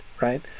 right